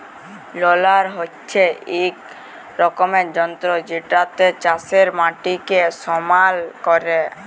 roller হচ্যে এক রকমের যন্ত্র জেতাতে চাষের মাটিকে সমাল ক্যরে